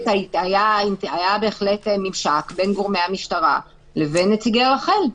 היה ממשק בין גורמי המשטרה לבין נציגי רח"ל,